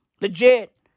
Legit